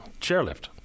chairlift